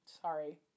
Sorry